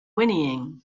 whinnying